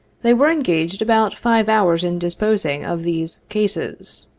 they were engaged about five hours in disposing of these cases.